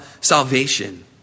salvation